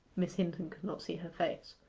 miss hinton could not see her face.